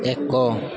ଏକ